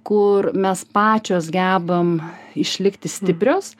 kur mes pačios gebam išlikti stiprios